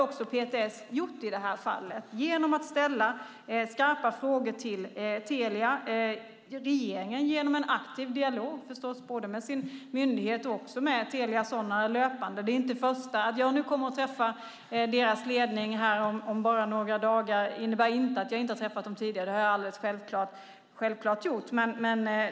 PTS har i det här fallet agerat genom att ställa skarpa frågor till Telia, och regeringen har förstås löpande haft en aktiv dialog både med sin myndighet och med Telia Sonera. Att jag nu om bara några dagar kommer att träffa ledningen innebär inte att jag inte träffat dem tidigare. Det har jag självklart gjort.